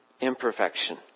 imperfection